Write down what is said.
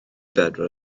bedwar